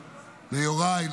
ליוראי,